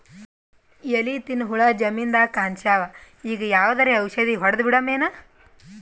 ಎಲಿ ತಿನ್ನ ಹುಳ ಜಮೀನದಾಗ ಕಾಣಸ್ಯಾವ, ಈಗ ಯಾವದರೆ ಔಷಧಿ ಹೋಡದಬಿಡಮೇನ?